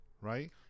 Right